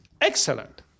Excellent